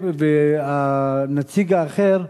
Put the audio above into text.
והנציג האחר,